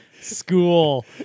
school